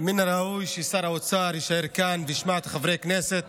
מן הראוי ששר האוצר יישאר כאן וישמע את חברי הכנסת